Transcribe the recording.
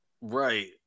right